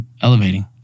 elevating